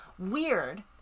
Weird